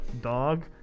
dog